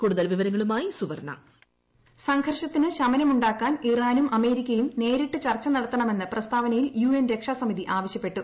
കൂടുതൽ വിവരങ്ങളുമായി സൂപ്പർണ്ണ ഹോൾഡ് വോയിസ് സംഘർഷത്തിന് ശമനം ഉണ്ടാക്കാൻ ഇറാനും അമേരിക്കയും നേരിട്ട് ചർച്ചു നടത്തണമെന്ന് പ്രസ്താവനയിൽ യു എൻ രക്ഷാസമിതി ആവശ്യപ്പെട്ടു